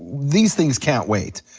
these things can't wait.